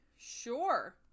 Sure